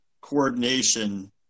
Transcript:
coordination